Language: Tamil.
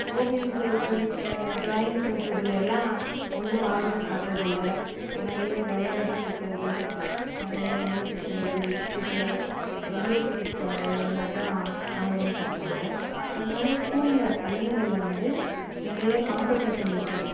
ஓவிய முறைகள் டிராயிங் பண்றதில் எல்லாம் ஒன்றும் ஆர்வம் காட்டுறதில்லை நிறைய விளையாடிட்ருக்கிறது இங்கே இங்கே சுற்றுறது இதில் வெளியே கூட்டிட்டு போங்க இந்தமாதிரி தான் ஆர்வம் காட்டுகிறாங்க அதனால் ஸ்கூலில் பள்ளிகளில் வந்து நிறைய காம்பெடிஷன் வைக்கணும்